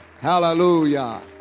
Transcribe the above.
Hallelujah